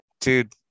Dude